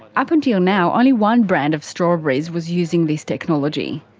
up until now, only one brand of strawberries was using this technology.